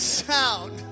sound